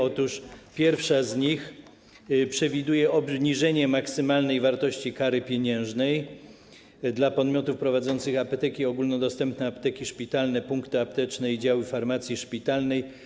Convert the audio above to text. Otóż pierwsza z nich przewiduje obniżenie maksymalnej wartości kary pieniężnej dla podmiotów prowadzących apteki ogólnodostępne, apteki szpitalne, punkty apteczne i działy farmacji szpitalnej.